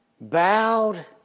bowed